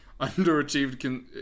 underachieved